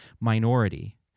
minority